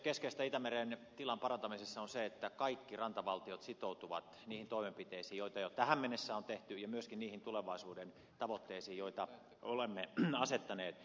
keskeistä itämeren tilan parantamisessa on se että kaikki rantavaltiot sitoutuvat niihin toimenpiteisiin joita jo tähän mennessä on tehty ja myöskin niihin tulevaisuuden tavoitteisiin joita olemme asettaneet